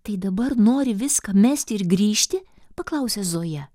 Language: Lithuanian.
tai dabar nori viską mesti ir grįžti paklausė zoja